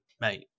mate